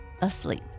asleep